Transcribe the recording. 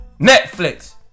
Netflix